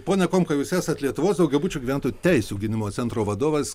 pone komka jus esat lietuvos daugiabučių gyventojų teisių gynimo centro vadovas